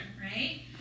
right